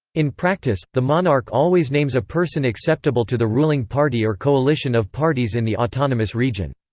in practice, the monarch always names a person acceptable to the ruling party or coalition of parties in the autonomous region.